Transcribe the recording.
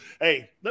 Hey